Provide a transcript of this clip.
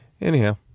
Anyhow